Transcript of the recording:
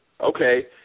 Okay